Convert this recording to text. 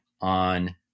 on